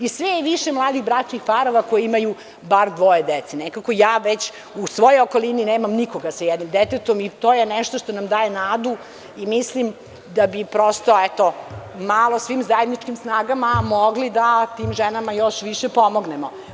I sve je više mladih bračnih parova koji imaju, bar dvoje dece, nekako ja već u svojoj okolini nemam nikoga sa jednim detetom i to je nešto što nam daje nadu i mislim da bi, prosto, eto malo svim zajedničkim snagama mogli da tim ženama još više pomognemo.